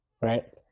right